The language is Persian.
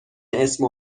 اسم